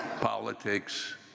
Politics